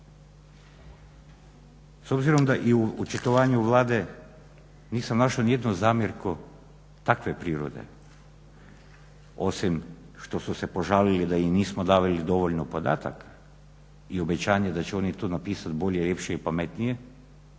S obzirom da i u očitovanju Vlade nisam našao nijednu zamjerku takve prirode osim što su se požalili da im nismo davali dovoljno podataka i obećanje da će oni to napisat bolje, ljepše i pametnije